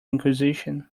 inquisition